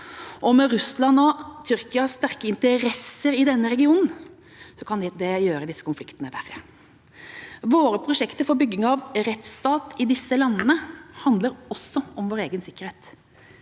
Tyrkias sterke interesser i denne regionen kan gjøre disse konfliktene verre. Våre prosjekter for bygging av rettsstat i disse landene handler også om vår egen sikkerhet.